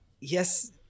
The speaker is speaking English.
yes